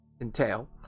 entail